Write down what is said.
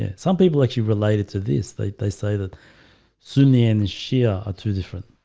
ah some people like you related to this they say that sunni and shia are two different.